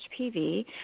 HPV